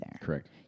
Correct